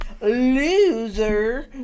Loser